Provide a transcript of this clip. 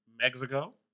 Mexico